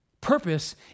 purpose